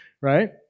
right